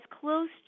close